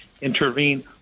intervene